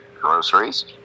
groceries